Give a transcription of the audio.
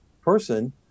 person